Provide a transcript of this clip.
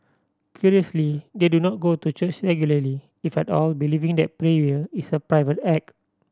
curiously they do not go to church regularly if at all believing that prayer is a private act